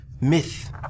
myth